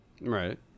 Right